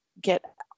get